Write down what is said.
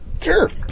sure